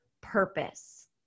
purpose